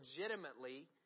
legitimately